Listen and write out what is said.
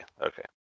Okay